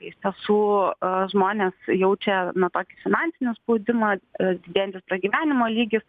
iš tiesų a žmonės jaučia na tokį finansinį spaudimą didėjantis pragyvenimo lygis